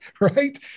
right